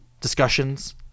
discussions